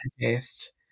taste